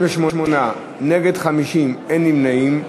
בעד 38, נגד, 50, אין נמנעים.